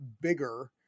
bigger